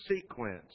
sequence